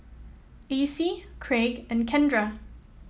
Acie Kraig and Kendra